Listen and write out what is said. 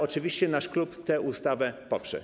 Oczywiście nasz klub tę ustawę poprze.